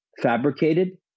fabricated